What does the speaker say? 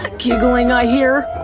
ah giggling i hear?